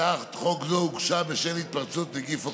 הצעת חוק זו הוגשה בשל התפרצות נגיף הקורונה.